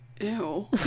ew